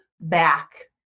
back